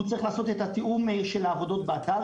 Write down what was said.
הוא צריך לעשות את התיאום של העבודות באתר,